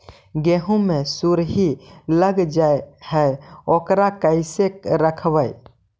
गेहू मे सुरही लग जाय है ओकरा कैसे रखबइ?